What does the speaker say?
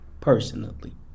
personally